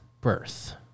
birth